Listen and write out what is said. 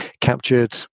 captured